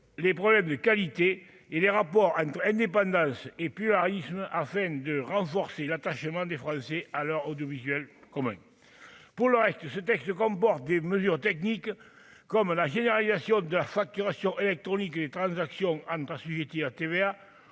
les problèmes de qualité, les rapports entre elle n'est pas, et puis l'arrivisme Arsène de renforcer l'attachement des Français alors audiovisuel commun pour le reste, ce texte comporte des mesures techniques, comme la généralisation de la facturation électronique et des transactions entre assujettis à TVA